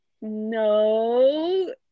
no